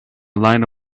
line